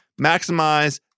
maximize